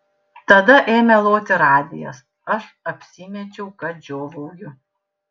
tada ėmė loti radijas aš apsimečiau kad žiovauju